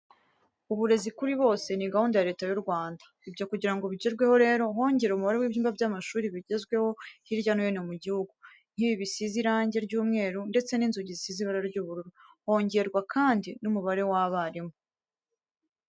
Uburezi kuri bose ni gahunda ya Leta yu Rwanda. Ibyo kugira ngo bigerweho rero hongerewe umubare w'ibyumba by'amashuri bigezweho hirya no hino mu gihugu, nk'ibi bisize irangi ry'umweru ndetse n'inzugi zisize ibara ry'ubururu, hongerwa kandi n'umubare w'abarimu.